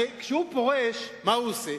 הרי כשהוא פורש, מה הוא עושה?